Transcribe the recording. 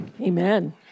Amen